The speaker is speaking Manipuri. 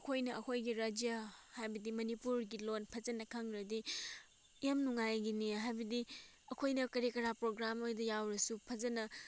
ꯑꯩꯈꯣꯏꯅ ꯑꯩꯈꯣꯏꯒꯤ ꯔꯥꯏꯖ꯭ꯌ ꯍꯥꯏꯕꯗꯤ ꯃꯅꯤꯄꯨꯔꯒꯤ ꯂꯣꯟ ꯐꯖꯅ ꯈꯪꯂꯗꯤ ꯌꯥꯝ ꯅꯨꯡꯉꯥꯏꯒꯅꯤ ꯍꯥꯏꯕꯗꯤ ꯑꯩꯈꯣꯏꯅ ꯀꯔꯤ ꯀꯔꯥ ꯄ꯭ꯔꯣꯒ꯭ꯔꯥꯝ ꯑꯣꯏꯗ ꯌꯥꯎꯔꯁꯨ ꯐꯖꯅ